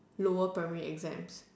lower primary exams